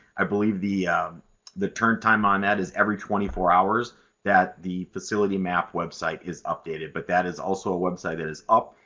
i believe the the turn time on that is every twenty four hours that the facility map website is updated, but that is also a website that is up,